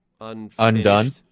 undone